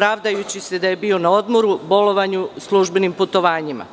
pravdajući se da je bio na odmoru, bolovanju i službenim putovanjima?